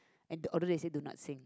and although they say do not sing